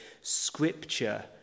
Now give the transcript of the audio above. scripture